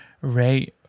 Ray